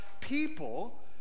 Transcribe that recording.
people